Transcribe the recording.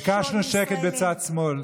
ביקשנו שקט בצד שמאל.